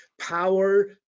power